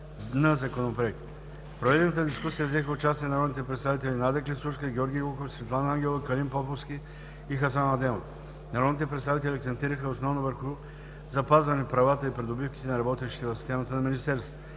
на Законопроекта. В проведената дискусия взеха участие народните представители Надя Клисурска, Георги Гьоков, Светлана Ангелова, Калин Поповски и Хасан Адемов. Народните представители акцентираха основно върху запазване правата и придобивките на работещите в системата на Министерството.